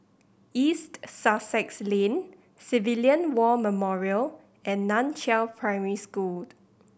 East Sussex Lane Civilian War Memorial and Nan Chiau Primary School